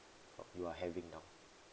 you are having now